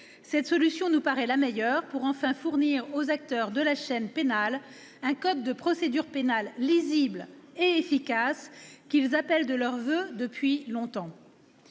Cela nous paraît la meilleure solution pour fournir aux acteurs de la chaîne pénale le code de procédure pénale lisible et efficace qu'ils appellent de leurs voeux depuis longtemps.